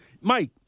Mike